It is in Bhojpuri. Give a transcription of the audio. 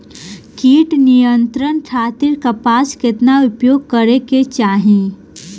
कीट नियंत्रण खातिर कपास केतना उपयोग करे के चाहीं?